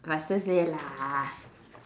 faster say lah